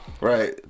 Right